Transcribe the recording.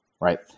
Right